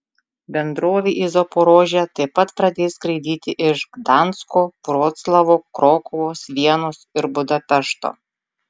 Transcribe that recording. bendrovė į zaporožę taip pat pradės skraidyti iš gdansko vroclavo krokuvos vienos ir budapešto